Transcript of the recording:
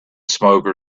smoke